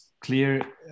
clear